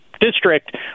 district